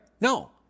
No